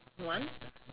one